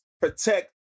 Protect